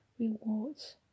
rewards